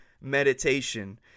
meditation